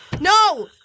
No